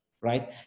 right